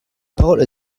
parole